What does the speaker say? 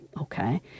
okay